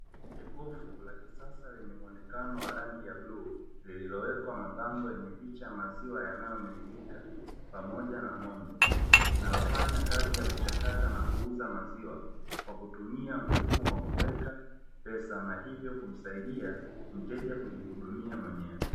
Jokofu la kisasa lenye muonekano wa rangi ya bluu, lililowekwa mabango yenye picha ya maziwa yanayomiminika, pamoja na ng'ombe, linalofanya kazi ya kuchakata na kuuza maziwa kwa kutumia mfumo wa kuweka pesa na hivyo kumsaidia mteja kujihudumia mwenyewe.